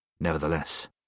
Nevertheless